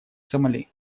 сомали